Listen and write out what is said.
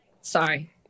sorry